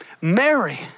Mary